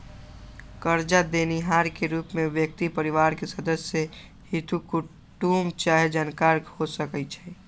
करजा देनिहार के रूप में व्यक्ति परिवार के सदस्य, हित कुटूम चाहे जानकार हो सकइ छइ